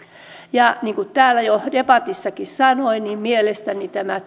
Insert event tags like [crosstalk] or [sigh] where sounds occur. niin kuin täällä jo debatissakin sanoin tästä taakanjaosta niin mielestäni tämä [unintelligible]